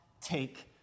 take